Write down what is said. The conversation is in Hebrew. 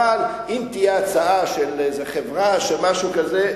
אבל אם תהיה הצעה של איזו חברה של משהו כזה,